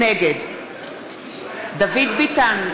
נגד דוד ביטן,